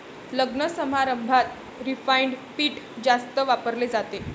लग्नसमारंभात रिफाइंड पीठ जास्त वापरले जाते